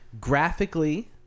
graphically